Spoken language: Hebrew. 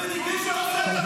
שיטחתם את השטח.